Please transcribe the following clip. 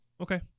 Okay